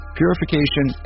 purification